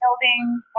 Building